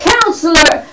Counselor